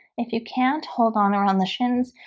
if you can't hold on or on the shins,